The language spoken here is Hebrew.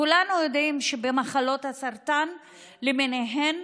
כולנו יודעים שבמחלות הסרטן למיניהן